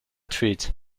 treat